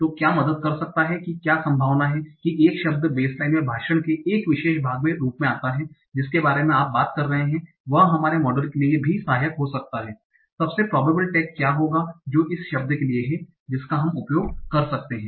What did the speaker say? तो क्या मदद कर सकता है कि क्या संभावना है कि एक शब्द बेसलाइन में भाषण के एक विशेष भाग के रूप में आता है जिसके बारे में आप बात कर रहे हैं वह हमारे मॉडल के लिए भी सहायक हो सकता है सबसे प्रोबेबल टैग क्या होंगा है जो इस शब्द के लिए है जिसका हम उपयोग कर सकते हैं